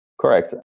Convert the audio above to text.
Correct